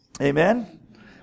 Amen